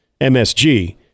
MSG